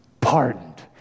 pardoned